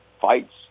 fights